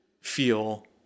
feel